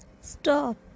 Stop